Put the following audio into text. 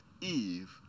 Eve